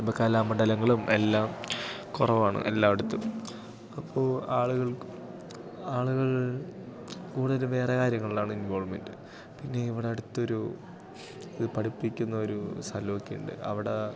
ഇപ്പം കലാമണ്ഡലങ്ങളും എല്ലാം കുറവാണ് എല്ലായിടത്തും അപ്പോൾ ആളുകൾക്ക് ആളുകൾ കൂടുതലും വേറേ കാര്യങ്ങളിൽ ആണ് ഇൻവോൾവ്മെന്റ് പിന്നെ ഇവിടടുത്തൊരു ഇത് പഠിപ്പിക്കുന്ന ഒരു സ്ഥലമൊക്കെ ഉണ്ട് അവിടെ